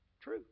True